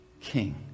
king